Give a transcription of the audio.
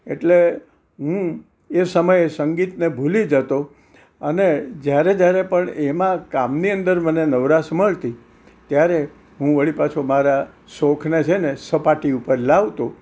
એટલે હું એ સમયે સંગીતને ભૂલી જતો અને જ્યારે જ્યારે પણ એમાં કામની અંદર મને નવરાશ મળતી ત્યારે હું વળી પાછો મારા શોખને છે ને સપાટી ઉપર લાવતો